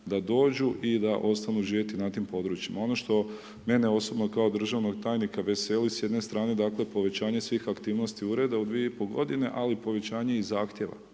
da dođu i da ostanu živjeti na tim područjima. Ono što mene osobno kao državnog tajnika veseli s jedne strane, dakle, povećanje svih aktivnosti Ureda u dvije i pol godine, ali i povećanje i Zahtjeva.